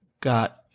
got